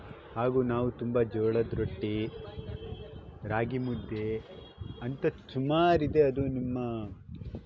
ಹಾಗೂ ನಾವು ತುಂಬ ಜೋಳದ ರೊಟ್ಟಿ ರಾಗಿ ಮುದ್ದೆ ಅಂಥದ್ದು ಸುಮಾರಿದೆ ಅದು ನಿಮ್ಮ